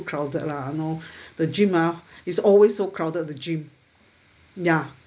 crowded lah uh know the gym ah is always so crowded the gym ya